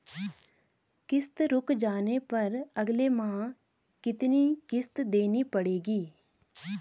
किश्त रुक जाने पर अगले माह कितनी किश्त देनी पड़ेगी?